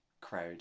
crowd